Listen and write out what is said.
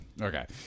Okay